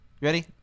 ready